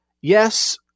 Yes